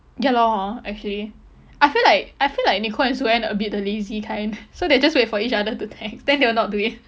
ya lor actually I feel like I feel like nicole and sue anne a bit the lazy kind so they will just wait for each other to tank then they will not do it